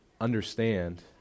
understand